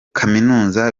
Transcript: kaminuza